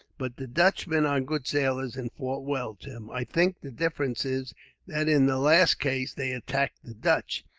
but the dutchmen are good sailors, and fought well, tim. i think the difference is that in the last case they attacked the dutch,